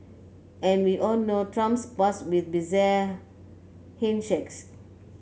and we all know Trump's past with bizarre handshakes